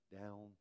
down